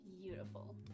Beautiful